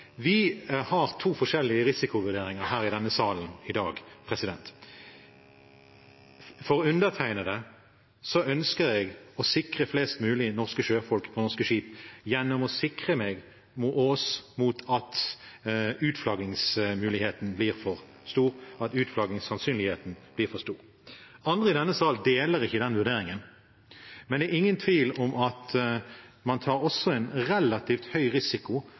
Vi har to forskjellige risikovurderinger i denne salen i dag. Jeg ønsker å sikre flest mulig norske sjøfolk på norske skip gjennom å sikre meg og oss mot at utflaggingsmuligheten blir for stor, at utflaggingssannsynligheten blir for stor. Andre i denne sal deler ikke den vurderingen, men det er ingen tvil om at man også tar en relativt høy risiko